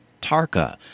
Tarka